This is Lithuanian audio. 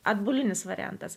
atbulinis variantas